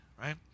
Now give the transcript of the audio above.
right